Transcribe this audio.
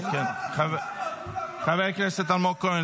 שעה אתה צורח פה על כולם --- חבר הכנסת אלמוג כהן,